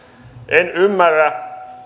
en ymmärrä